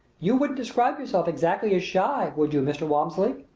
you wouldn't describe yourself exactly as shy, would you, mr. walmsley?